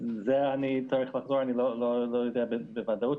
אני לא יודע בוודאות.